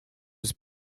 was